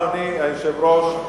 אדוני היושב-ראש,